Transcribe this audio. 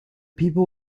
people